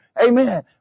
Amen